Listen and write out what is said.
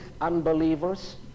unbelievers